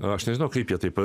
aš nežinau kaip jie taip